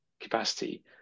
capacity